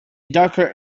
darker